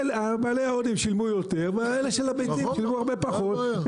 בעלי ההודים שילמו יותר ואלה של הביצים שילמו הרבה פחות,